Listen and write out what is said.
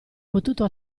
potuto